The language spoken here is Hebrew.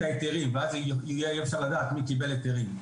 ההיתרים ואז אפשר יהיה לדעת מי קיבל היתרים.